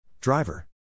Driver